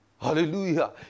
Hallelujah